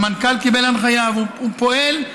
המנכ"ל קיבל הנחיה והוא פועל: